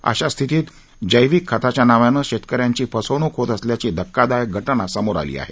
अशा स्थितीत जैविक खताच्या नावानं शेतकऱ्यांची फसवणूक होत असल्याची धक्कादायक घाजा समोर आली आहे